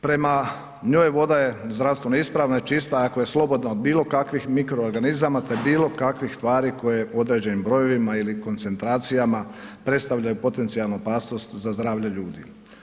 Prema njoj, voda je zdravstveno ispravna i čista ako je slobodna o bilokakvih mikroorganizama te bilokakvih tvari koji je određen brojevima ili koncentracijama, predstavljaju potencijalnu opasnost za zdravlje ljudi.